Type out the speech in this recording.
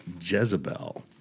Jezebel